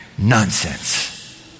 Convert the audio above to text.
Nonsense